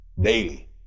daily